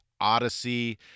odyssey